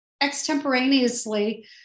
extemporaneously